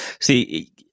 see